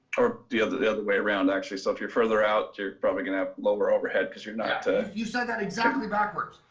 or the other the other way around actually so if you're further out you're probably gonna have lower overhead because you're not. howard you said that exactly backwards.